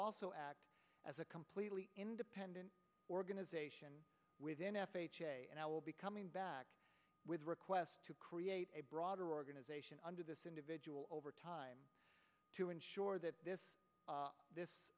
also act as a completely independent organization within f a a and i will be coming back with a request to create a broader organization under this individual over time to ensure that this